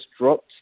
dropped